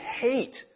hate